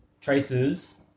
traces